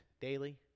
daily